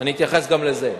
אני אתייחס גם לזה.